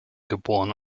geboren